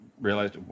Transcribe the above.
realized